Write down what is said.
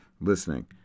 listening